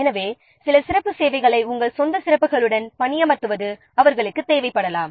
எனவே சில சிறப்பு சேவைகளை செய்ய அவர்களை பணியமர்த்துவது தேவைப்படலாம்